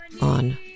on